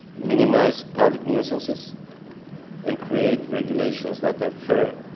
minimize public nuisances and create regulations that are fair,